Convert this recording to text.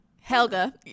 Helga